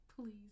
please